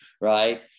right